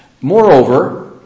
Moreover